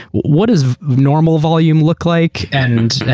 what does normal volume look like and